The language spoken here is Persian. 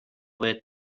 بهت